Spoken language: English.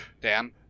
Dan